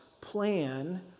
plan